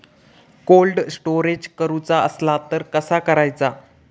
Cold storage करूचा असला तर कसा करायचा?